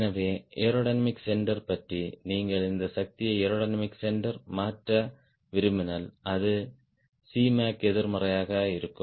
எனவே aerodynamic center பற்றி நீங்கள் இந்த சக்தியை ஏரோடைனமிக் சென்டர் மாற்ற விரும்பினால் அது Cmac எதிர்மறையாக இருக்கும்